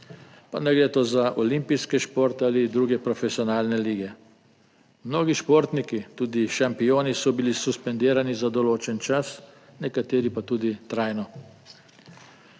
pa naj gre to za olimpijske športe ali druge profesionalne lige. Mnogi športniki, tudi šampioni, so bili suspendirani za določen čas, nekateri pa tudi trajno.